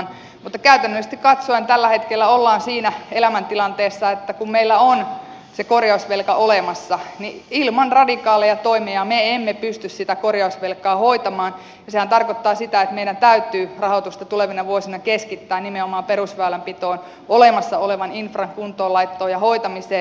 mutta käytännöllisesti katsoen tällä hetkellä ollaan siinä elämäntilanteessa että kun meillä on se korjausvelka olemassa niin ilman radikaaleja toimia me emme pysty sitä korjausvelkaa hoitamaan ja sehän tarkoittaa sitä että meidän täytyy rahoitusta tulevina vuosina keskittää nimenomaan perusväylänpitoon olemassa olevan infran kuntoonlaittoon ja hoitamiseen